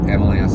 Emily